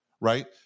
right